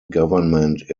government